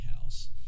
house